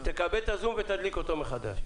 תקלה, אני לא מצליח לשמוע אותך.